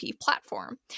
platform